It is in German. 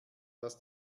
dass